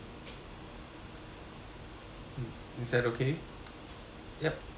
mm is that okay yup